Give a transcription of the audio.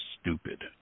stupid